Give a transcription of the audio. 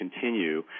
continue